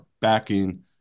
backing